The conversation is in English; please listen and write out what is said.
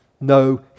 No